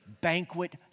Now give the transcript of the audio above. banquet